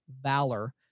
valor